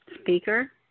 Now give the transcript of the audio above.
Speaker